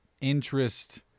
interest